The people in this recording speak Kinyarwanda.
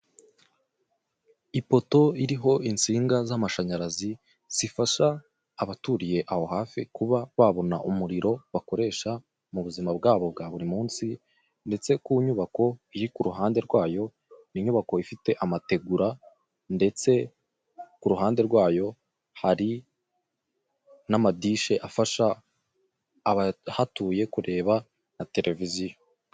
Ipoto iriho insinga z'amashanyarazi zifasha abaturiye aho hafi kuba babona umuriro bakoresha mu buzima bwabo bwa buri munsi ndetse ku nyubako iri ku ruhande rwayo inyubako ifite amategura ndetse ku ruhande rwayo hari n'amadishe afasha abahatuye kureba tereviziyo.